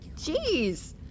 Jeez